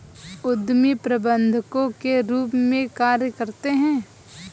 उद्यमी प्रबंधकों के रूप में कार्य करते हैं